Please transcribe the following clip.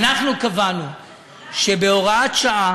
אנחנו קבענו שבהוראת שעה